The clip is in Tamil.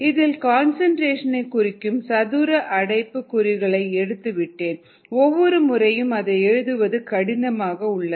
இதில் கன்சன்ட்ரேஷன் ஐ குறிக்கும் சதுர அடைப்பு குறிகளை எடுத்து விட்டேன் ஒவ்வொரு முறையும் அதை எழுதுவது கடினமாக உள்ளது